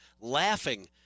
laughing